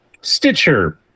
Stitcher